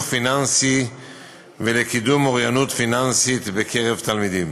פיננסי ולקידום אוריינות פיננסית בקרב התלמידים,